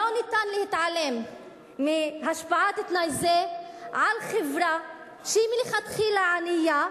אי-אפשר להתעלם מהשפעת תנאי זה על חברה שהיא מלכתחילה ענייה,